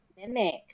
mimic